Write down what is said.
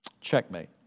checkmate